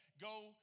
Go